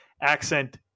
accent